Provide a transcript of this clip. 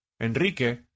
Enrique